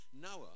Noah